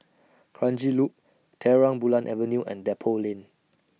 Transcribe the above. Kranji Loop Terang Bulan Avenue and Depot Lane